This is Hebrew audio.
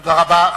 תודה רבה.